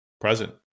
present